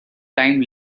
time